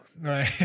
right